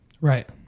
right